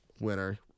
winner